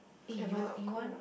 am I not cold